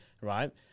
right